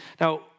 Now